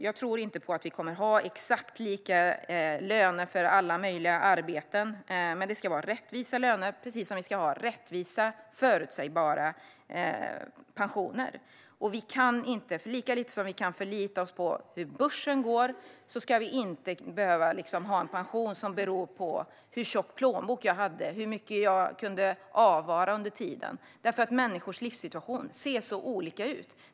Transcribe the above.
Jag tror inte att det kommer att vara exakt lika löner för alla typer av arbeten. Men det ska vara rättvisa löner, precis som det ska vara rättvisa och förutsägbara pensioner. Lika lite som vi kan förlita oss på hur börsen går, lika lite ska vi behöva ha en pension som beror på hur tjock plånbok vi har haft och hur mycket vi har kunnat avvara under tiden. Människors livssituation ser nämligen så olika ut.